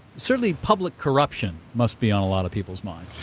certainly public corruption must be on a lot of people's minds?